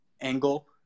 angle